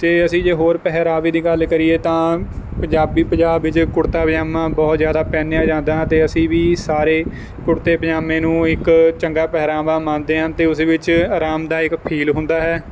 ਤੇ ਅਸੀਂ ਜੇ ਹੋਰ ਪਹਿਰਾਵੇ ਦੀ ਗੱਲ ਕਰੀਏ ਤਾਂ ਪੰਜਾਬੀ ਪੰਜਾਬ ਵਿੱਚ ਕੁੜਤਾ ਪਜਾਮਾ ਬਹੁਤ ਜ਼ਿਆਦਾ ਪਹਿਨਿਆ ਜਾਂਦਾ ਤੇ ਅਸੀਂ ਵੀ ਸਾਰੇ ਕੁੜਤੇ ਪਜਾਮੇ ਨੂੰ ਇੱਕ ਚੰਗਾ ਪਹਿਰਾਵਾ ਮੰਨਦੇ ਹਨ ਤੇ ਉਸ ਵਿੱਚ ਆਰਾਮਦਾਇਕ ਫੀਲ ਹੁੰਦਾ ਹੈ